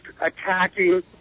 attacking